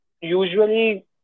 usually